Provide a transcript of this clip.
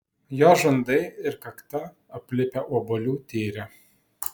jos žandai ir kakta aplipę obuolių tyre